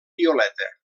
violeta